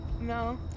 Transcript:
No